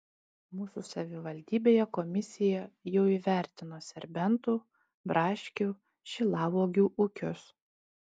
mūsų savivaldybėje komisija jau įvertino serbentų braškių šilauogių ūkius